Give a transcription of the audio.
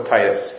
Titus